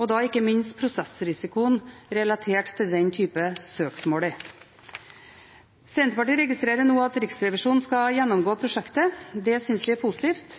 og da ikke minst prosessrisikoen relatert til den typen søksmål. Senterpartiet registrerer nå at Riksrevisjonen skal gjennomgå prosjektet. Det synes vi er positivt